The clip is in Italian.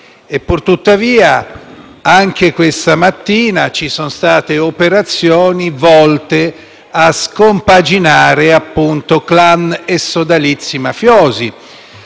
Purtuttavia, anche questa mattina ci sono state operazioni volte a scompaginare *clan* e sodalizi mafiosi.